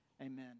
amen